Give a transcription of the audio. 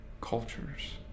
cultures